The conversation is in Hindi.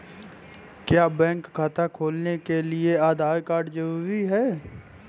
क्या बैंक खाता खोलने के लिए आधार कार्ड जरूरी है?